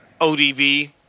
odv